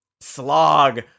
slog